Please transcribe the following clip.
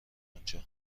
اونجا